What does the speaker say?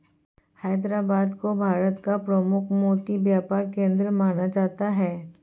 हैदराबाद को भारत का प्रमुख मोती व्यापार केंद्र माना जाता है